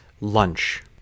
lunch